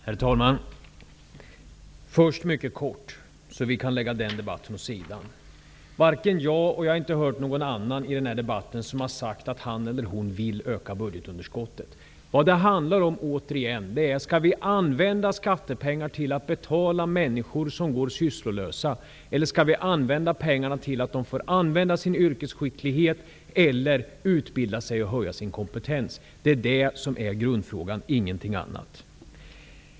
Herr talman! Först mycket kort, så att vi kan lägga den debatten åt sidan: Varken jag eller, enligt vad jag har hört, någon annan i den här debatten har sagt att han eller hon vill öka budgetunderskottet. Vad det återigen handlar om är huruvida vi skall använda skattepengar till att betala människor som går sysslolösa eller om vi skall använda pengarna så, att de får använda sin yrkesskicklighet eller utbilda sig och höja sin kompetens. Det är detta och ingenting annat som är grundfrågan.